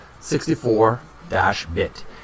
64-bit